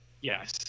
Yes